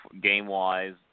game-wise